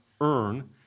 earn